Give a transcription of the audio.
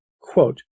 Quote